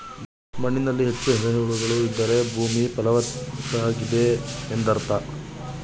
ಮಣ್ಣಿನಲ್ಲಿ ಹೆಚ್ಚು ಎರೆಹುಳುಗಳು ಇದ್ದರೆ ಭೂಮಿ ಫಲವತ್ತಾಗಿದೆ ಎಂದರ್ಥ